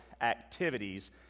activities